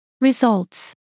Results